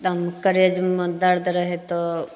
एकदम करेजमे दर्द रहय तो